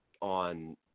on